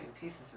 pieces